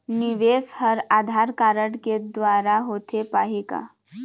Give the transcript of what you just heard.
निवेश हर आधार कारड के द्वारा होथे पाही का?